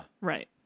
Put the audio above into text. Right